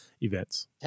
events